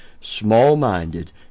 small-minded